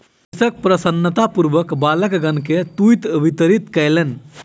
कृषक प्रसन्नतापूर्वक बालकगण के तूईत वितरित कयलैन